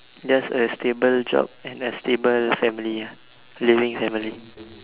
just a stable job and a stable family ah living family